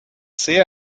sehr